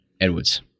edwards